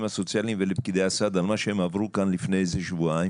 הסוציאליים ולפקידי הסעד על מה שהם עברו כאן לפני שבועיים